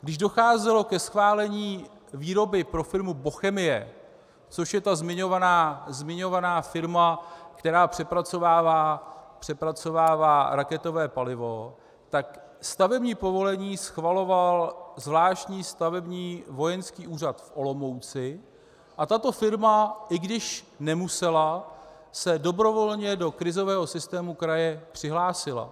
Když docházelo ke schválení výroby pro firmu Bochemie, což je ta zmiňovaná firma, která přepracovává raketové palivo, tak stavební povolení schvaloval zvláštní Stavební vojenský úřad v Olomouci a tato firma, i když nemusela, se dobrovolně do krizového systému kraje přihlásila.